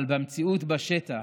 אבל במציאות בשטח